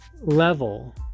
level